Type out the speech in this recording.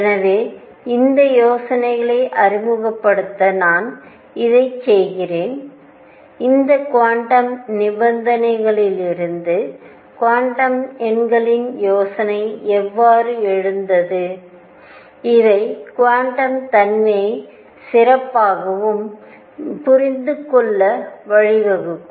எனவே இந்த யோசனைகளை அறிமுகப்படுத்த நான் இதைச் செய்கிறேன் இந்த குவாண்டம் நிபந்தனைகளிலிருந்து குவாண்டம் எண்களின் யோசனை எவ்வாறு எழுந்தது இவை குவாண்டம் தன்மையை சிறப்பாகவும் சிறப்பாகவும் புரிந்துகொள்ள வழிவகுக்கும்